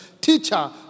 teacher